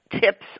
tips